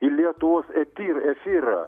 į lietuvos etir efyrą